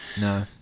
No